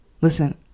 Listen